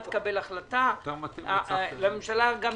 אם אכן קמה ממשלה היא יכולה להתמודד עם הכנסת.